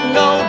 no